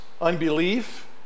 unbelief